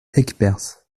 aigueperse